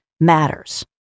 matters